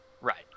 Right